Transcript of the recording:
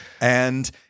and-